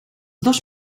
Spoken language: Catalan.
dos